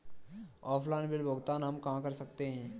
Offline bill भुगतान हम कहां कर सकते हैं?